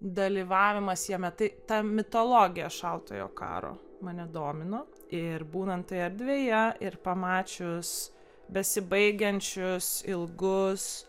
dalyvavimas jame tai ta mitologija šaltojo karo mane domino ir būnant erdvėje ir pamačius besibaigiančius ilgus